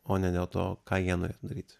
o ne dėl to ką jie norėtų daryti